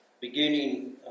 beginning